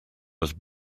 was